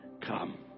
Come